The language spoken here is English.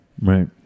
Right